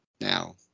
now